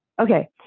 okay